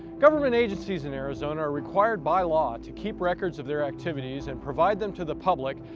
government agencies in arizona are required by law to keep records of their activities and provide them to the public,